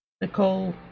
Nicole